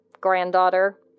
granddaughter